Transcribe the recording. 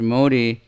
Modi